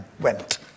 went